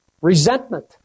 resentment